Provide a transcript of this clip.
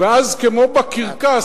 אז כמו בקרקס,